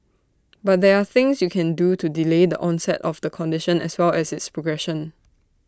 but there are things you can do to delay the onset of the condition as well as its progression